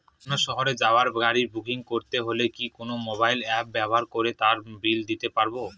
অন্য শহরে যাওয়ার গাড়ী বুকিং করতে হলে কি কোনো মোবাইল অ্যাপ ব্যবহার করে তার বিল দিতে পারব?